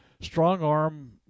strong-arm